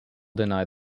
denied